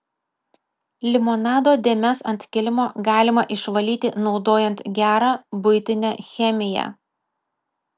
limonado dėmes ant kilimo galima išvalyti naudojant gerą buitinę chemiją